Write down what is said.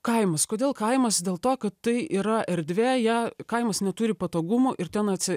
kaimas kodėl kaimas dėl to kad tai yra erdvė ją kaimas neturi patogumų ir ten atsi